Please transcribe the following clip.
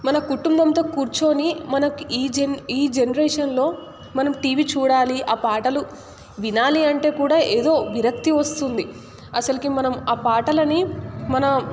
మన కుటుంబంతో కూర్చొని మనకి ఈ జన్ ఈ జనరేషన్లో మనం టీవీ చూడాలి ఆ పాటలు వినాలి అంటే కూడా ఏదో విరక్తి వస్తుంది అసలుకి మనం ఆ పాటలని మనం